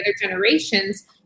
generations